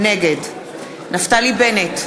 נגד נפתלי בנט,